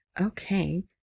Okay